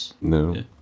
No